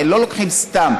הרי לא לוקחים סתם.